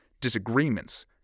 disagreements